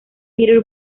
peter